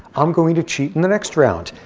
i'm going to cheat in the next round.